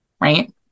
Right